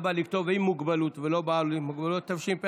התשפ"א